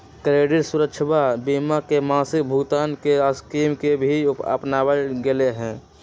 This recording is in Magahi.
क्रेडित सुरक्षवा बीमा में मासिक भुगतान के स्कीम के भी अपनावल गैले है